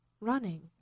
running